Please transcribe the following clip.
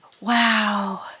wow